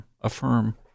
affirm